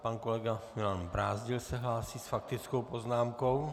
Pan kolega Milan Brázdil se hlásí s faktickou poznámkou.